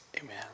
Amen